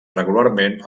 regularment